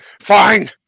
Fine